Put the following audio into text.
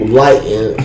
lighting